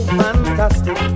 fantastic